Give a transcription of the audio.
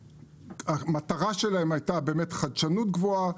שהמטרה שלהם הייתה חדשנות גבוהה,